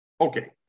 Okay